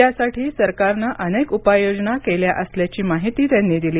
यासाठी सरकारनं अनेक उपाययोजना केल्या असल्याची माहिती त्यांनी दिली